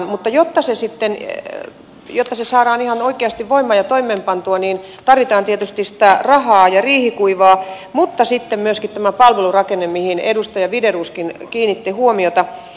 mutta jotta se saadaan ihan oikeasti voimaan ja toimeenpantua niin tarvitaan tietysti sitä rahaa ja riihikuivaa mutta sitten myöskin tämä palvelurakenne mihin edustaja widerooskin kiinnitti huomiota